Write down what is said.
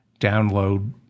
Download